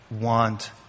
want